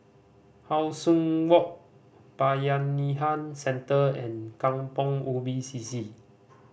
How Sun Walk Bayanihan Centre and Kampong Ubi C C